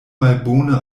malbone